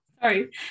Sorry